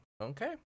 Okay